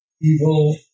evil